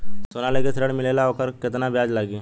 सोना लेके ऋण मिलेला वोकर केतना ब्याज लागी?